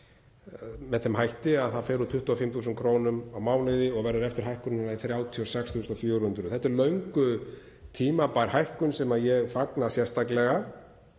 með þeim hætti að það fer úr 25.000 kr. á mánuði og verður eftir hækkunina 36.400. Þetta er löngu tímabær hækkun sem ég fagna sérstaklega.